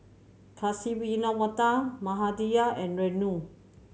Kasiviswanathan Mahade and Renu